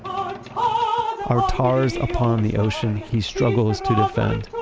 our tars upon the ocean he struggles to defend.